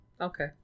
okay